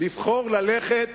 לבחור ללכת